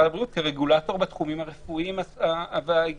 הבריאות כרגולטור בתחומים הרפואיים וההיגייניים.